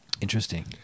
Interesting